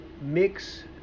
mix